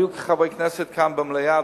היו חברי כנסת כאן במליאה,